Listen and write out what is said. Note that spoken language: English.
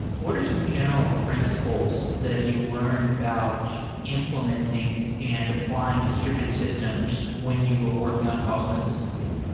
what are some general principles that you learned about implementing and applying distributed systems when you were working on causal consistency?